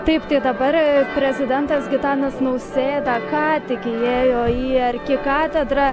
taip tai dabar prezidentas gitanas nausėda ką tik įėjo į arkikatedrą